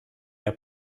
der